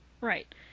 Right